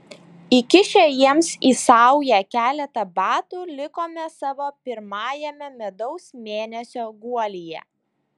įkišę jiems į saują keletą batų likome savo pirmajame medaus mėnesio guolyje